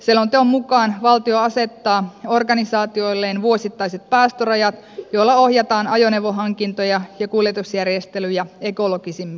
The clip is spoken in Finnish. selonteon mukaan valtio asettaa organisaatioilleen vuosittaiset päästörajat joilla ohjataan ajoneuvohankintoja ja kuljetusjärjestelyjä ekologisemmiksi